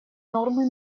нормы